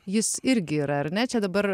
jis irgi yra ar ne čia dabar